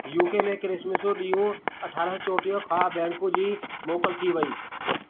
U K में Christmas जो ॾींहुं अठारह चोटीह खां बैंक जी मोकल थी वई